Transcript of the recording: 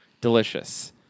Delicious